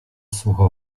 sucho